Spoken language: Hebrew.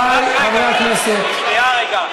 דוד ביטן, שנייה.